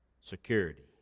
security